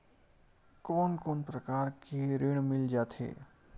कोन कोन प्रकार के ऋण मिल जाथे?